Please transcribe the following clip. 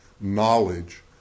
knowledge